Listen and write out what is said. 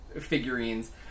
figurines